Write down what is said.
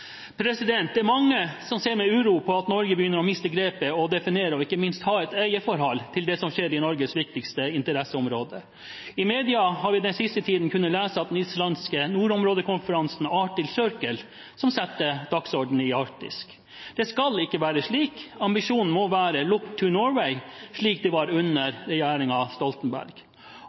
Det er mange som ser med uro på at Norge begynner å miste grepet når det gjelder å definere og ikke minst ha et eierforhold til det som skjer i Norges viktigste interesseområde. I mediene har vi den siste tiden kunnet lese at det er den islandske nordområdekonferansen Arctic Circle som setter dagsordenen i Arktis. Det skal ikke være slik – ambisjonen må være «Look to Norway», slik det var